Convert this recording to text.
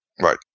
Right